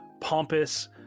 pompous